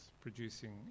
producing